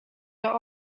der